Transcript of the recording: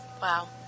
Wow